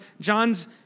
John's